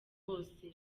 bose